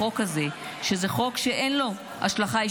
יש לחברת הכנסת צרפתי אפשרות להשיב.